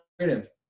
creative